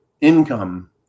income